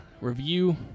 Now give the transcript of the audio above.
review